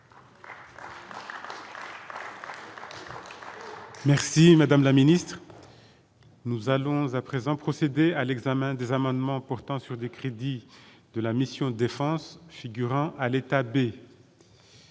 Merci madame la ministre. Nous allons à présent procéder à l'examen des amendements portant sur des crédits de la mission défense figurant à l'État de.